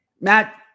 Matt